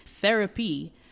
Therapy